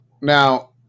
Now